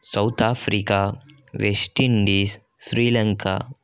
south Africa West Indies Sri Lanka